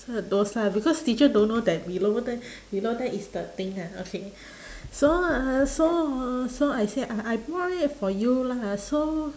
those lah because teacher don't know that below tha~ below there is the thing ah okay so ah so ah so I say I I brought it for you lah so